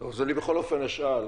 בכל אופן אני אשאל.